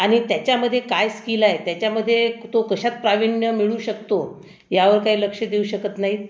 आणि त्याच्यामध्ये काय स्किल आहे त्याच्यामध्ये तो कशात प्रावीण्य मिळवू शकतो यावर काही लक्ष देऊ शकत नाहीत